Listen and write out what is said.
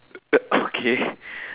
uh okay